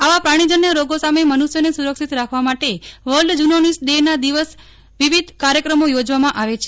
આવા પ્રાણીજન્ય રોગો સામે મનુષ્યને સુરક્ષિત રાખવા માટે વર્લ્ડ ઝ્રનોસીસ ડેના દિવસ વિવિધ કાર્યક્રમો યોજવામાં આવે છે